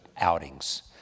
outings